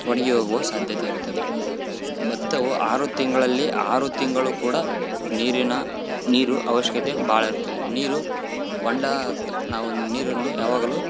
ಒಣಗಿ ಹೋಗುವ ಸಾಧ್ಯತೆ ಇರುತ್ತದೆ ಬತ್ತವು ಆರು ತಿಂಗಳಲ್ಲಿ ಆರು ತಿಂಗಳು ಕೂಡ ನೀರಿನ ನೀರು ಅವಶ್ಯಕತೆ ಭಾಳ ಇರ್ತದೆ ನೀರು ಹೊಂಡ ಅಥ್ವ ನಾವು ನೀರನ್ನು ಯಾವಾಗಲು